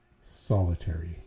solitary